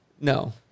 No